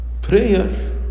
Prayer